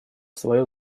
свое